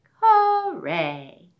Hooray